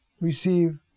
receive